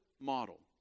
model